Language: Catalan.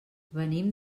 venim